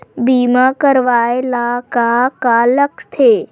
बीमा करवाय ला का का लगथे?